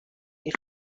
این